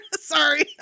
sorry